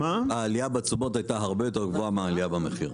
העלייה בתשומות הייתה הרבה יותר גבוהה מהעלייה במחיר.